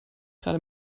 gerade